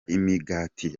imigati